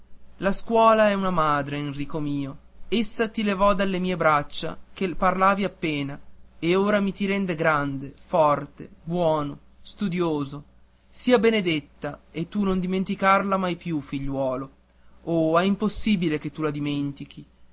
la scuola è una madre enrico mio essa ti levò dalle mie braccia che parlavi appena e ora mi ti rende grande forte buono studioso sia benedetta e tu non dimenticarla mai più figliuolo oh è impossibile che tu la dimentichi